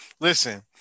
listen